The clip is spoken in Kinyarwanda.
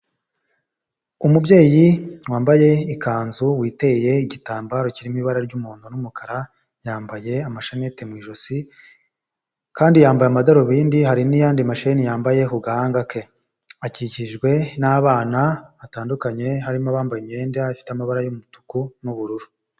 Umubyeyi wambaye ikanzu witeye igitambaro kirimo ibara ry'umuhondo n'umukara yambaye amashanet mu ijosi kandi yambaye amadarubindi hari n'yandidi mashei yambaye ku gahanga ke akikijwe n'abana batandukanye harimo abambaye imyenda ifite amabara y'umutuku n'ubururu.